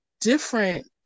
different